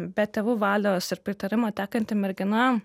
be tėvų valios ir pritarimo tekanti mergina